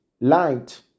light